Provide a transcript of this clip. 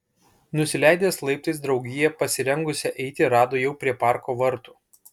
nusileidęs laiptais draugiją pasirengusią eiti rado jau prie parko vartų